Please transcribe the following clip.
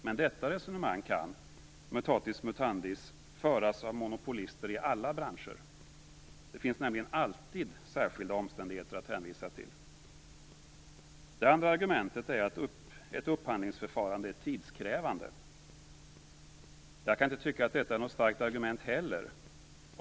Men detta resonemang kan, mutatis mutandis, föras av monopolister i alla branscher. Det finns nämligen alltid särskilda omständigheter att hänvisa till. Det andra argumentet är att ett upphandlingsförfarande är tidskrävande. Jag kan inte tycka att detta är något starkt argument heller.